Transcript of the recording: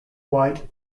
white